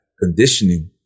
conditioning